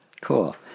Cool